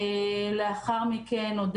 לאחר מכן,